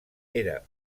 era